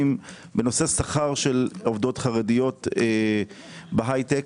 בנושא שכר של עובדות חרדיות בהיי טק.